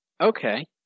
Okay